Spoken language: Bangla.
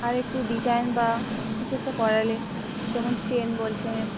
আর একটু ডিজাইন বা কিছু একটা করালে যেমন চেন বলছেন